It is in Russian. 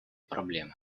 проблемы